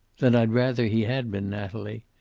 then i'd rather he had been, natalie.